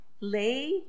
lay